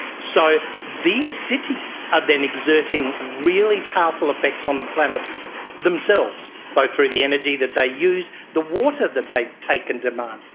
so these cities are then exerting really powerful effects on the planet themselves, both through the energy that they use, the water that they take and demand.